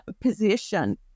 position